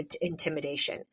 intimidation